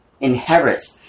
Inherit